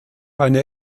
eine